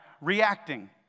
reacting